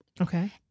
Okay